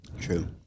True